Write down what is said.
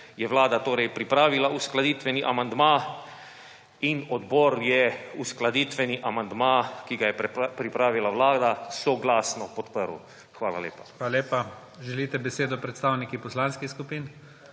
je vlada pripravila uskladitveni amandma in odbor je uskladitveni amandma, ki ga je pripravila vlada, soglasno podprl. Hvala lepa. PREDSEDNIK IGOR ZORČIČ: Hvala lepa. Želite besedo predstavniki poslanskih skupin?